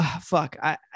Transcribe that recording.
Fuck